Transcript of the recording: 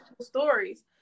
stories